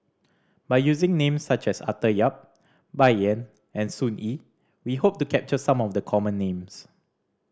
by using names such as Arthur Yap Bai Yan and Sun Yee we hope to capture some of the common names